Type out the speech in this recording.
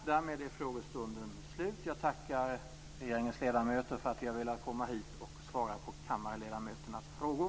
Därmed är frågestunden slut. Jag tackar regeringens ledamöter för att de har velat komma hit och svara på kammarledamöternas frågor.